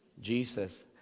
Jesus